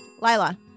Lila